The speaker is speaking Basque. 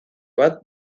bat